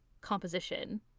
composition